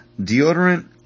deodorant